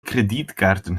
kredietkaarten